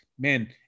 Man